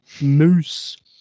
Moose